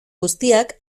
guztiak